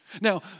Now